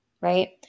right